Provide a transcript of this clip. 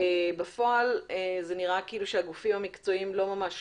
בפועל זה נראה כאילו הגופים המקצועיים לא ממש